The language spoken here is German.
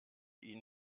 ihn